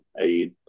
aid